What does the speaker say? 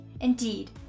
indeed